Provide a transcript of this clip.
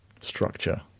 structure